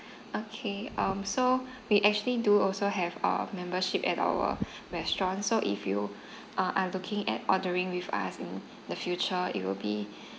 okay um so we actually do also have our membership at our restaurants so if you are are looking at ordering with us in the future it'll be